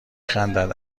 خندد